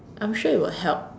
I'm sure it will help